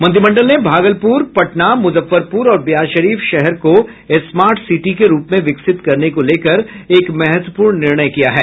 मंत्रिमंडल ने भागलपुर पटना मुजफ्फरपुर और बिहारशरीफ शहर को स्मार्ट सिटी के रूप में विकसित करने को लेकर एक महत्वपूर्ण निर्णय किया है